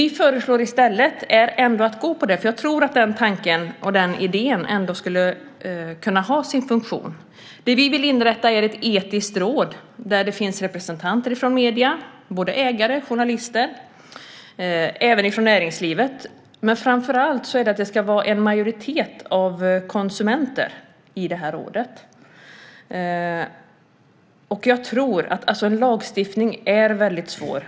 Vi föreslår ändå den linjen eftersom jag tror att den tanken och den idén skulle kunna ha sin funktion. Vi vill därför inrätta ett etiskt råd med representanter för medierna - både ägare och journalister - samt för näringslivet, men framför allt skulle en majoritet av rådet bestå av konsumenter. Jag tror att lagstiftning är väldigt svårt.